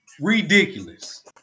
Ridiculous